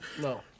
No